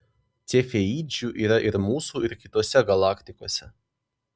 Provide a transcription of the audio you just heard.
cefeidžių yra ir mūsų ir kitose galaktikose